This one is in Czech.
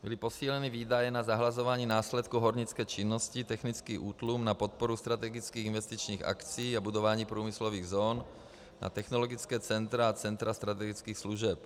Byly posíleny výdaje na zahlazování následků hornické činnosti, technický útlum, na podporu strategických investičních akcí a budování průmyslových zón, na technologická centra a centra strategických služeb.